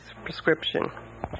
prescription